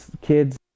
kids